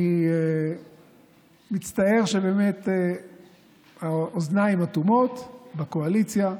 אני מצטער שבאמת האוזניים אטומות בקואליציה.